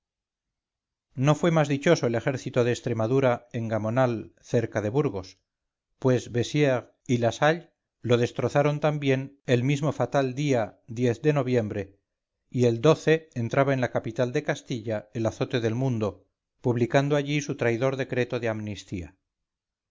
no fue más dichoso el ejército de extremadura en gamonal cerca de burgos pues bessieres y lasalle lo destrozaron también el mismo fatal día de noviembre y el entraba en la capital de castilla el azote del mundo publicando allí su traidor decreto de amnistía